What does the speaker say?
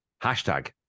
Hashtag